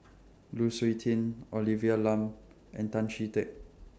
Lu Suitin Olivia Lum and Tan Chee Teck